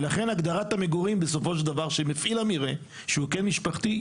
לכן, הגדרת המגורים של מפעיל המרעה היא קן משפחתי.